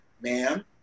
ma'am